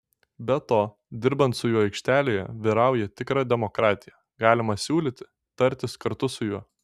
be to dirbant su juo aikštelėje vyrauja tikra demokratija galima siūlyti tartis kartu su juo